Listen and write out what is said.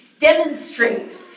demonstrate